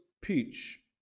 Peach